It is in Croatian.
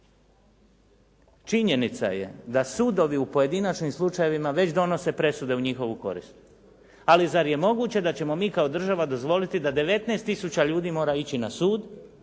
Činjenica je da sudovi u pojedinačnim slučajevima već donose presude u njihovu korist. Ali zar je moguće da ćemo mi kao država dozvoliti da 19 tisuća ljudi mora ići na sud